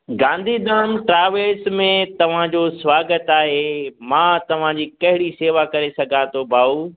Gandhidham travels में तव्हां जो स्वागत आहे मां तव्हां जी कहिड़ी सेवा करे सघां थो भाऊ